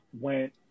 went